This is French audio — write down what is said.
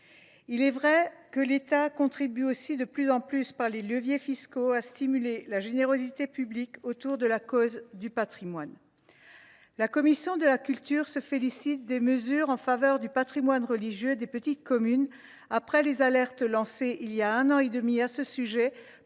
Il est vrai que l’État contribue aussi de plus en plus, par des leviers fiscaux, à stimuler la générosité publique en faveur de la cause du patrimoine. La commission de la culture se félicite des mesures prises en faveur du patrimoine religieux des petites communes après les alertes lancées voilà un an et demi par nos